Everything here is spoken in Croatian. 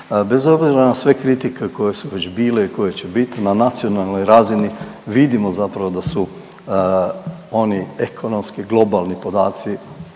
bez obzira na sve kritike koje su već bile i koje će biti, na nacionalnoj razini vidimo zapravo da su oni ekonomski globalni podaci